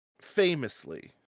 famously